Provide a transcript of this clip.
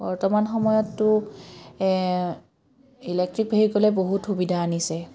বৰ্তমান সময়ততো ইলেক্ট্ৰিক ভেহিকলে বহুত সুবিধা আনিছে